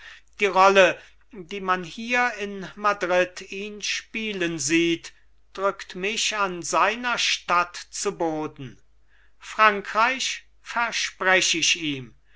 die rolle die man hier in madrid ihn spielen sieht drückt mich an seiner statt zu boden frankreich versprech ich ihm